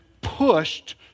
pushed